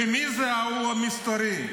ומי זה ההוא המסתורי.